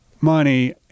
money